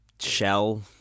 shell